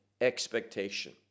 expectation